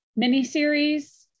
miniseries